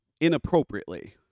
inappropriately